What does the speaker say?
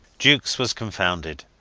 jukes was confounded.